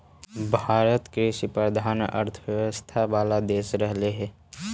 भारत कृषिप्रधान अर्थव्यवस्था वाला देश रहले हइ